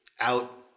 out